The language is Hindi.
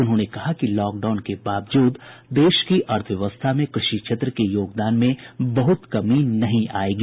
उन्होंने कहा कि लॉकडाउन के बावजूद देश की अर्थव्यव्सथा में कृषि क्षेत्र के योगदान में बह्त कमी नहीं आयेगी